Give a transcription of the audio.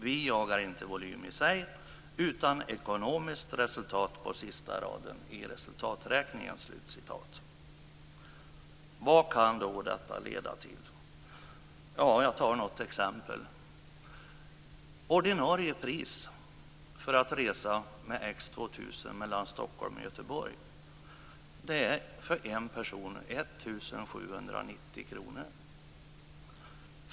Vi jagar inte volym i sig utan ekonomiskt resultat på sista raden i resultaträkningen." Vad kan då detta leda till? Ja, jag tar ett exempel.